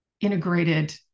integrated